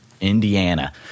Indiana